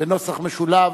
בנוסח משולב